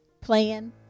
playing